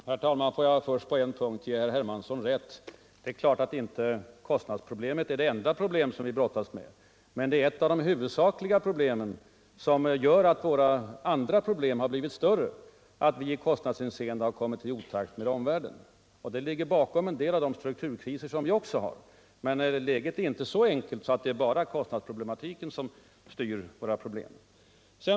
Herr talman! Får jag först på en punkt ge herr Hermansson rätt. Det är klart att kostnadsproblemet inte är det enda problem som vi brottas med, men det är en av de huvudsakliga orsakerna till att våra andra svårigbeter har blivit större och till att vi i kostnadshänseende har kommit i otakt med omvärlden. De höga kostnaderna ligger bakom en del av de strukturkriser som vi också har. Men läget är inte så enkelt att det bara är kostnadsproblematiken som styr vårt handlande.